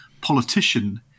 politician